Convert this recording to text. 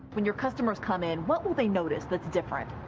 when your customers come in, what will they notice that is different?